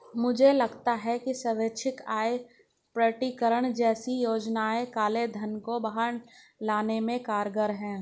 मुझे लगता है कि स्वैच्छिक आय प्रकटीकरण जैसी योजनाएं काले धन को बाहर लाने में कारगर हैं